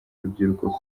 urubyiruko